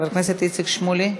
חבר הכנסת איציק שמולי,